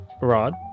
Rod